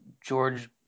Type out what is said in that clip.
George